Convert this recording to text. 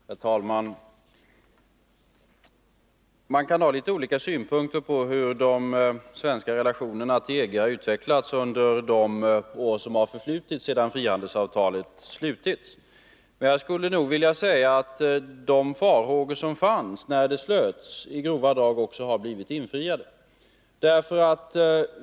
Herr talman! Man kan ha litet olika synpunkter på hur de svenska relationerna till EG har utvecklats under de år som förflutit sedan frihandelsavtalet slöts, men jag skulle nog vilja säga att de farhågor som fanns när avtalet slöts i grova drag också har blivit infriade.